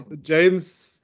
James